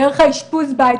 דרך האשפוז בית,